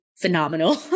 phenomenal